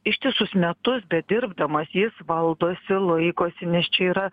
ištisus metus bedirbdamas jis valdosi laikosi nes čia yra